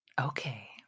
Okay